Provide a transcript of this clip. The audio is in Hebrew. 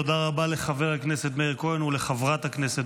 תודה רבה לחבר הכנסת מאיר כהן ולחברת הכנסת